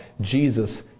Jesus